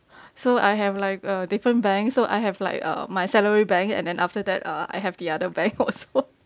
so I have like a different bank so I have like uh my salary bank and then after that uh I have the other bank also